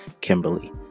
Kimberly